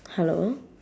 hello